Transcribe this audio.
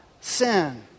sin